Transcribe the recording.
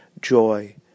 joy